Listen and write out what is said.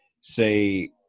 say